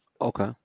Okay